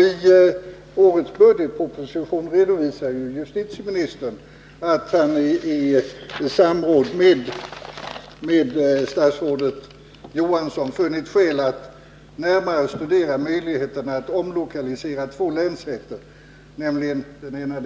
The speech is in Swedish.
I årets budgetproposition redovisar justitieministern att han i samråd med statsrådet Olof Johansson funnit skäl att närmare studera möjligheterna att omlokalisera två länsrätter, nämligen